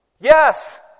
Yes